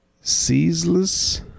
ceaseless